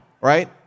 right